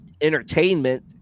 entertainment